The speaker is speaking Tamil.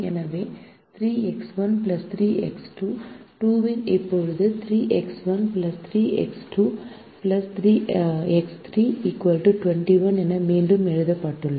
எனவே 3X1 3X2 2 இப்போது 3X1 3X2 X3 21 என மீண்டும் எழுதப்பட்டுள்ளது